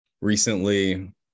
recently